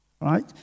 right